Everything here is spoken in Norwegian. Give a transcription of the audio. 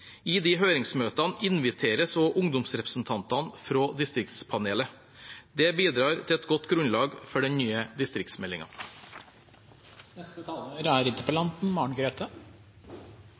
I de høringsmøtene inviteres også ungdomsrepresentantene fra distriktspanelet. Det bidrar til et godt grunnlag for den nye distriktsmeldingen. Innledningsvis vil jeg takke statsråden for svaret. Jeg er